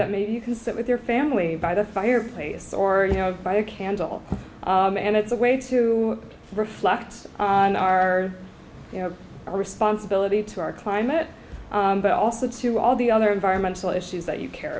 that maybe you can sit with your family by the fireplace or by a candle and it's a way to reflect on our you know our responsibility to our climate but also to all the other environmental issues that you care